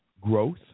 growth